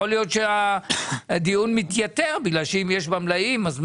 יכול להיות שהדיון יתייתר, אם יש במלאים.